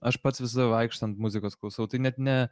aš pats visada vaikštant muzikos klausau tai net ne